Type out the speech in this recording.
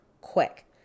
quick